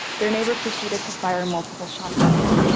their neighbor proceeded to fire multiple shots at him.